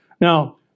Now